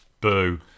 Boo